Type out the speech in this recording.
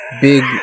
big